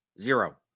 Zero